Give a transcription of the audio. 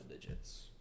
digits